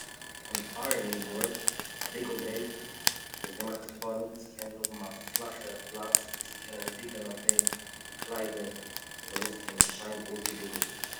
אן איירעניג באורד, א ביגל ברעט, איז געמאכט געווארן צו קענען האבן א פלאכע פלאץ צו קענען ביגלען אויף דעם קליידער, עס זאל אויסקומען שיין אויסגעביגלט.